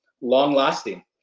long-lasting